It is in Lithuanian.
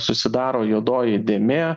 susidaro juodoji dėmė